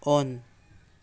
on